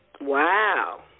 Wow